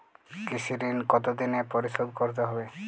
কৃষি ঋণ কতোদিনে পরিশোধ করতে হবে?